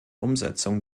umsetzung